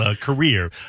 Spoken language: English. career